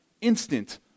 instant